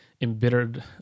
embittered